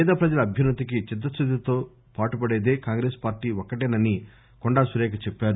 పేద ప్రజల అభ్యున్న తికి చిత్తశుద్ది తో పాటుపడేది కాంగ్రెస్ పార్టీ ఒక్కటేనని కొండా సురేఖ అన్నారు